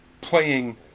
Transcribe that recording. playing